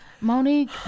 Monique